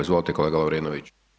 Izvolite, kolega Lovrinović.